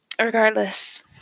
regardless